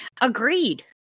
agreed